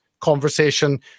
conversation